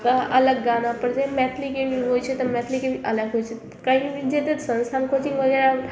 अलग गानापर जे मैथिलीके भी होइ छै तऽ मैथिलीके भी अलग होइ छै कहीँ भी जेतै तऽ संस्थान कोचिंग वगैरह